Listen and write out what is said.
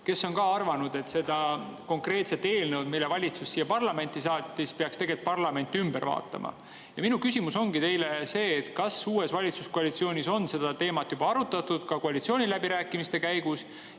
kes on ka arvanud, et selle konkreetse eelnõu, mille valitsus siia parlamenti saatis, peaks parlament ümber vaatama. Minu küsimus ongi teile see: kas uues valitsuskoalitsioonis on seda teemat arutatud, ka koalitsiooniläbirääkimiste käigus?